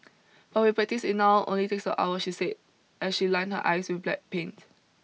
but with practice it now only takes one hour she said as she lined her eyes with black paint